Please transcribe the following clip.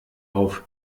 auf